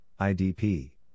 IDP